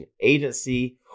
agency